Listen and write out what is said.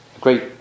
great